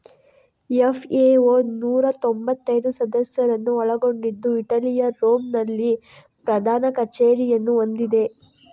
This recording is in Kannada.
ಎಫ್.ಎ.ಓ ನೂರಾ ತೊಂಭತ್ತೈದು ಸದಸ್ಯರನ್ನು ಒಳಗೊಂಡಿದ್ದು ಇಟಲಿಯ ರೋಮ್ ನಲ್ಲಿ ಪ್ರಧಾನ ಕಚೇರಿಯನ್ನು ಹೊಂದಿದೆ